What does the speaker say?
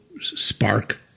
spark